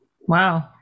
Wow